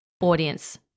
audience